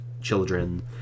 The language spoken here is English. children